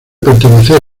pertenecer